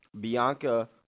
Bianca